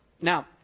Now